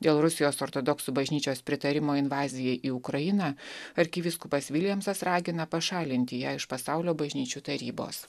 dėl rusijos ortodoksų bažnyčios pritarimo invazijai į ukrainą arkivyskupas viljamsas ragina pašalinti ją iš pasaulio bažnyčių tarybos